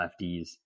lefties